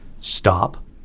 stop